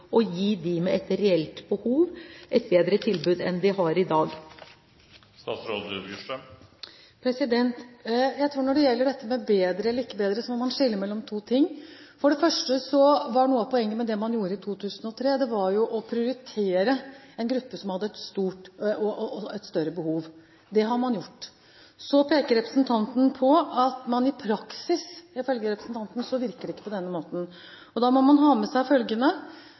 gi dem med et reelt behov et bedre tilbud enn de har i dag? Når det gjelder dette med bedre eller ikke bedre, tror jeg man må skille mellom to ting. For det første var noe av poenget med det man gjorde i 2003, å prioritere en gruppe som hadde et større behov. Det har man gjort. Så peker representanten på at i praksis virker det ikke på denne måten. Da må man ha med seg følgende: